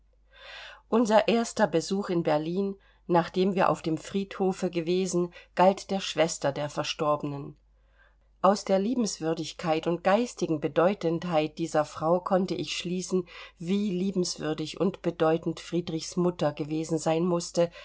unser erster besuch in berlin nachdem wir auf dem friedhofe gewesen galt der schwester der verstorbenen aus der liebenswürdigkeit und geistigen bedeutendheit dieser frau konnte ich schließen wie liebenswürdig und bedeutend friedrichs mutter gewesen sein mußte